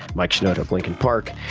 mike shinoda of linkin park.